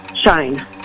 Shine